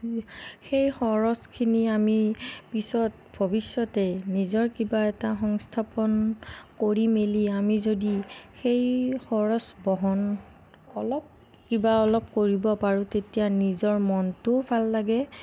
সেই খৰচখিনি আমি পিছত ভৱিষ্যতে নিজৰ কিবা এটা সংস্থাপন কৰি মেলি আমি যদি সেই খৰচ বহন অলপ কিবা অলপ কৰিব পাৰোঁ তেতিয়া নিজৰ মনটোও ভাল লাগে